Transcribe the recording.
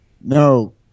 No